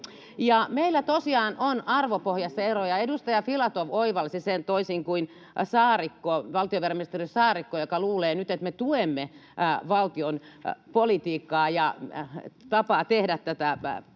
meillä tosiaan on arvopohjassa eroja. Edustaja Filatov oivalsi sen, toisin kuin valtiovarainministeri Saarikko, joka luulee nyt, että me tuemme valtion politiikkaa ja tapaa tehdä tätä taloutta.